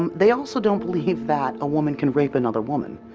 um they also don't believe that a woman can rape another woman.